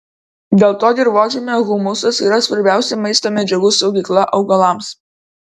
dėl to dirvožemio humusas yra svarbiausia maisto medžiagų saugykla augalams